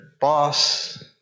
boss